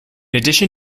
addition